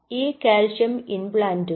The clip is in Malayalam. ഈ കാൽസ്യം ഇംപ്ലാന്റുകൾ